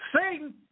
Satan